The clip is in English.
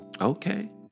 Okay